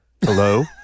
hello